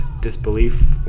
disbelief